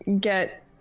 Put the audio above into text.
get